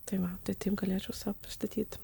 tai va tai taip galėčiau save pristatyti